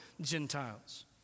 Gentiles